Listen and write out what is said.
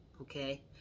okay